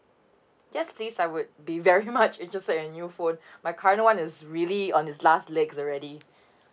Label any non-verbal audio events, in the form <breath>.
yes please I would be very much interested in new phone <breath> my current one is really on his last legs already